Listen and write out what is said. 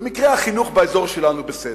במקרה, החינוך באזור שלנו בסדר.